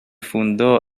fundó